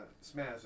Smash